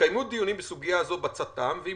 התקיימו דיונים בסוגיה זאת בצט”ם ועם